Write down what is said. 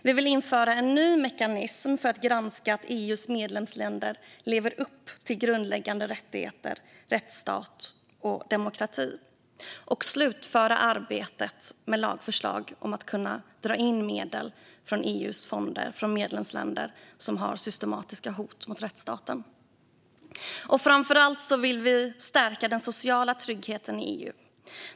Vi vill införa en ny mekanism för att granska att EU:s medlemsländer lever upp till grundläggande rättigheter, rättsstat och demokrati och slutföra arbetet med lagförslaget om att kunna dra in medel från EU:s fonder från medlemsländer som har systematiska hot mot rättsstaten. Framför allt vill vi stärka den sociala tryggheten i EU.